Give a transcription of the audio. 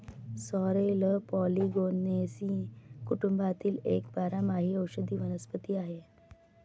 sorrel Polygonaceae कुटुंबातील एक बारमाही औषधी वनस्पती आहे